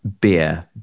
beer